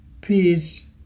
Peace